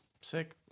Sick